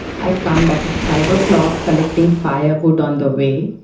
i come back at five o'clock collecting firewood on the way.